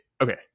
okay